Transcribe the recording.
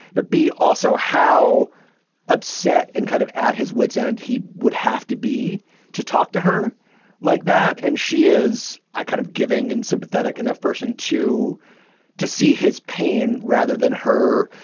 but b, also how upset and kind of at his wits end he would have to be to talk to her like that. and she is kind of giving and sympathetic enough person to to see his pain rather than her,